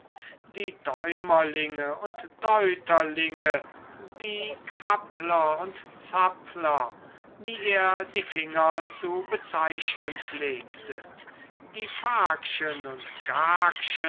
die däumerlinge und deuterlinge die krabler und zabler wie er die finger zu bezeichnen pflegte die fakchen und